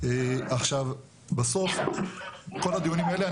בכל הדיונים האלה,